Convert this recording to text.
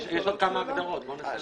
יש עוד כמה הגדרות, בואו נסיים.